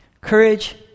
Courage